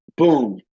Boom